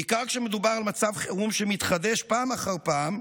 בעיקר כשמדובר על מצב חירום שמתחדש פעם אחר פעם,